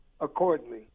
accordingly